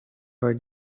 for